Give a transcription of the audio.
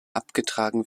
abgetragen